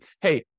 hey